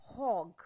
Hog